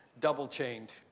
double-chained